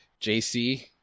JC